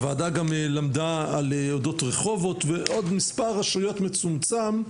הוועדה גם למדה אודות רחובות ועוד מספר רשויות מצומצם,